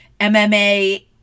MMA